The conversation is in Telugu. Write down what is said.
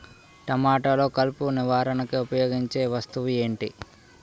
టమాటాలో కలుపు నివారణకు ఉపయోగించే వస్తువు ఏంటి?